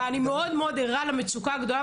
ואני ערה מאוד למצוקה הגדולה,